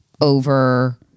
over